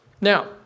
Now